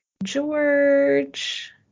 george